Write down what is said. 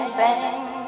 bang